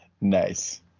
Nice